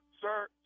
sir